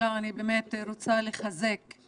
תחילה אני באמת רוצה לחזק את